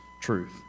truth